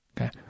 Okay